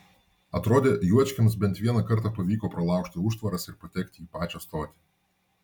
atrodė juočkiams bent vieną kartą pavyko pralaužti užtvaras ir patekti į pačią stotį